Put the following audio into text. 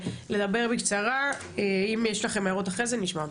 לדבר בקצרה, אם יש לכם הערות אחרי זה נשמע אותם.